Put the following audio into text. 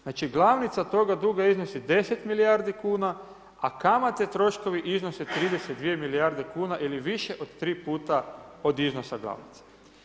Znači glavnica toga duga iznosi 10 milijardi kuna, a kamate i troškovi iznose 32 milijarde kuna ili više od tri puta od iznosa glavnice.